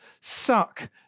suck